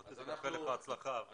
ואאחל לך בהצלחה.